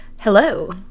hello